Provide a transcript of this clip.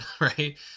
Right